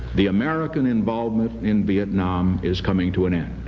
the american involvement in vietnam is coming to an end.